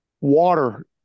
water